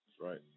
right